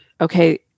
okay